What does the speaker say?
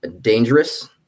dangerous